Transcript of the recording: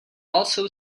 also